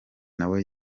nawe